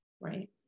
Right